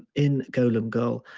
in golem girl,